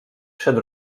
przed